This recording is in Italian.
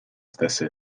stessa